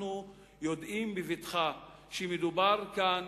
אנחנו יודעים בבטחה שמדובר כאן